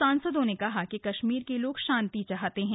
सांसदों ने कहा कि कश्मीर के लोग शांति चाहते हैं